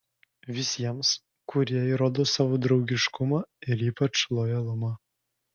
visiems kurie įrodo savo draugiškumą ir ypač lojalumą